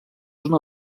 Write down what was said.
una